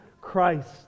Christ